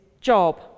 job